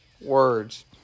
words